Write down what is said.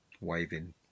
Waving